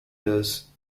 this